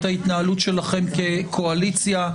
את ההתנהלות שלכם כקואליציה.